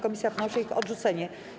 Komisja wnosi o ich odrzucenie.